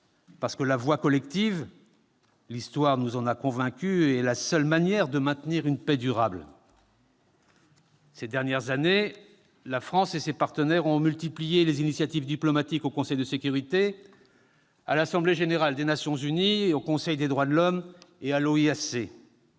parce que la voie collective- l'Histoire nous en a convaincus -est la seule manière de maintenir une paix durable. Ces dernières années, la France et ses partenaires ont multiplié les initiatives diplomatiques au Conseil de sécurité, à l'assemblée générale des Nations unies, au Conseil des droits de l'homme, à l'OIAC.